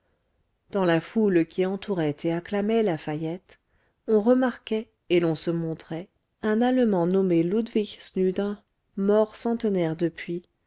dans la foule qui entourait et acclamait lafayette on remarquait et l'on se montrait un allemand nommé ludwig snyder mort centenaire depuis